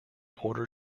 order